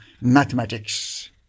mathematics